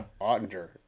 Ottinger